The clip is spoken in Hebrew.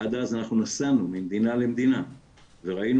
אז עד אנחנו נסענו ממדינה למדינה וראינו